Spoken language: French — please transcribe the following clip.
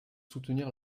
soutenir